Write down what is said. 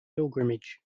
pilgrimage